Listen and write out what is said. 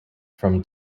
from